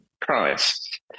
price